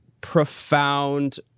profound